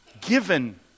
given